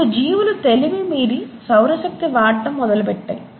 అప్పుడు జీవులు తెలివి మీరి సౌర శక్తి వాడటం మొదలు పెట్టాయి